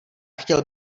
chtěl